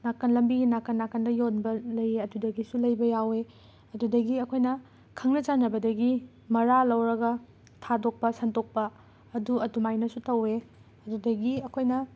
ꯅꯥꯀꯜ ꯂꯝꯕꯤꯒꯤ ꯅꯥꯀꯟ ꯅꯥꯀꯟꯗ ꯌꯣꯟꯕ ꯂꯩ ꯑꯗꯨꯗꯒꯤꯁꯨ ꯂꯩꯕ ꯌꯥꯎꯋꯦ ꯑꯗꯨꯗꯒꯤ ꯑꯩꯈꯣꯏꯅ ꯈꯪꯅ ꯆꯥꯟꯅꯕꯗꯒꯤ ꯃꯔꯥ ꯂꯧꯔꯒ ꯊꯥꯗꯣꯛꯄ ꯁꯟꯇꯣꯛꯄ ꯑꯗꯨ ꯑꯗꯨꯃꯥꯏꯅꯁꯨ ꯇꯧꯋꯦ ꯑꯗꯨꯗꯒꯤ ꯑꯩꯈꯣꯏꯅ